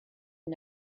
can